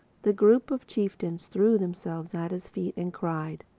the group of chieftains threw themselves at his feet and cried,